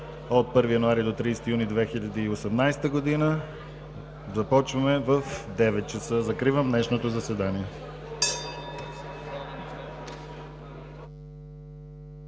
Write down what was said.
от 1 януари до 30 юни 2018 г. Започваме в 9,00 ч. Закривам днешното заседание.